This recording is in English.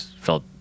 felt